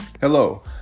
Hello